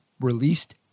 released